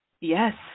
Yes